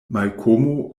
malkomo